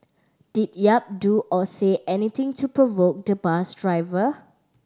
did Yap do or say anything to provoke the bus driver